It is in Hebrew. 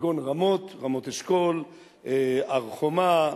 כגון רמות, רמות-אשכול, הר-חומה,